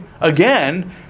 again